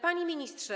Panie Ministrze!